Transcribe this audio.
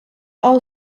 all